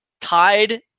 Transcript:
tied